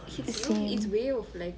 same